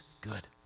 good